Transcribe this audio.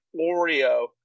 Oreo